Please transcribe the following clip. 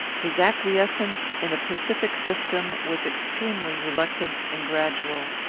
his acquiescence in a pacific system was extremely reluctant and gradual.